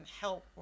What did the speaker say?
help